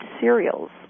cereals